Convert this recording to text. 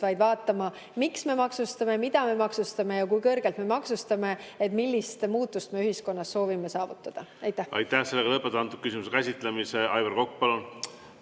vaid vaatama, miks me maksustame, mida me maksustame ja kui kõrgelt me maksustame ning millist muutust me ühiskonnas soovime saavutada. Lõpetan selle küsimuse käsitlemise. Aivar Kokk, palun!